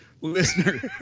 Listener